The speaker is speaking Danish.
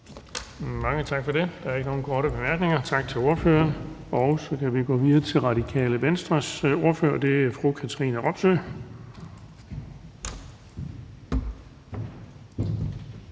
Mange tak for det. Der er ikke nogen korte bemærkninger. Tak til ordføreren. Så kan vi gå videre til Enhedslistens ordfører, og det er fru Anne